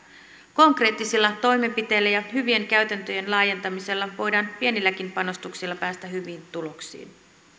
konkreettisilla toimenpiteillä ja hyvien käytäntöjen laajentamisella voidaan pienilläkin panostuksilla päästä hyviin tuloksiin